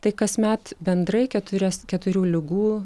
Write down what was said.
tai kasmet bendrai keturias keturių ligų